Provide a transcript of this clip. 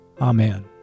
Amen